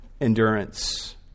endurance